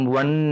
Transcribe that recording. one